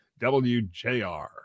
WJR